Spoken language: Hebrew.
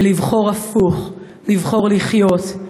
ולבחור הפוך: לבחור לחיות,